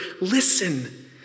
listen